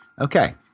Okay